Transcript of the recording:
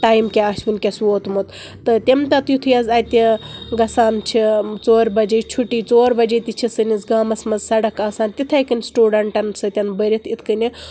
time کیاہ آسہِ وٕنکٮ۪س ووٚتمُت تم تتہِ یِتھُے گژھان چھِ ژور بجے چھُٹی ژور بجے تہِ چھِ سٲنِس گامس منٛز سڑک آسان تِتھی کٔنۍ سِٹوٗڈنٹن سۭتۍ برِتھ یِتھ کٔنۍ صبحٲے